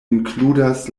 inkludas